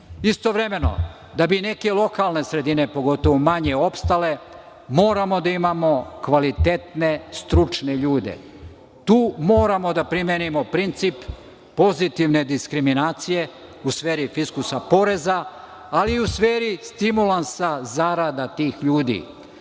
dileme. Istovremeno, da bi neke lokalne sredine, pogotovo manje, opstale, moramo da imamo kvalitetne, stručne ljude. Tu moramo da primenimo princip pozitivne diskriminacije u sferi poreza, ali i u sferi stimulansa zarada tih ljudi.